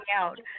out